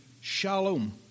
shalom